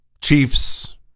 Chiefs